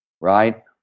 Right